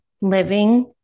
living